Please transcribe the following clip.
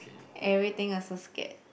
everything also scared